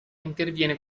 interviene